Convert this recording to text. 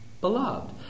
beloved